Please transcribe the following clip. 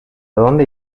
dónde